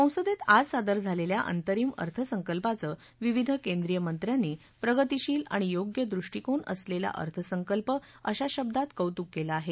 संसदेत आज सादर झालेल्या अंतरिम अर्थसंकल्पाचं विविध केंद्रीय मंत्र्यांनी प्रगतीशील आणि योग्य दृष्टिकोन असलेला अर्थसंकल्प अशा शब्दात कौतुक केलं आहे